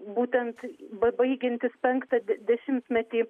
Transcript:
būtent baigiantis penktą dešimtmetį